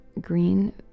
green